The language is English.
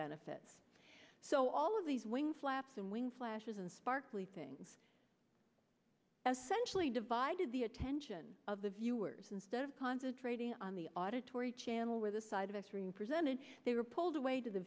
benefits so all of these wing flaps and wing flashes and sparkly things as centrally divided the attention of the viewers instead of concentrating on the auditory channel where the side of extreme presented they were pulled away to the